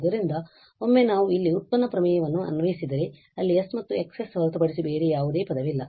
ಆದ್ದರಿಂದ ಒಮ್ಮೆ ನಾವು ಇಲ್ಲಿ ವ್ಯುತ್ಪನ್ನ ಪ್ರಮೇಯವನ್ನು ಅನ್ವಯಿಸಿದರೆ ಅಲ್ಲಿ s ಮತ್ತು X ಹೊರತುಪಡಿಸಿ ಬೇರೆ ಯಾವುದೇ ಪದವಿಲ್ಲ